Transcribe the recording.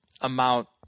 amount